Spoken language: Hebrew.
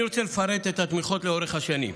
אני רוצה לפרט את התמיכות לאורך השנים: